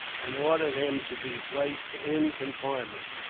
and ordered him to be placed in confinement.